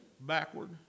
backward